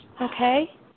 Okay